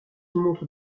montre